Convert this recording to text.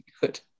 good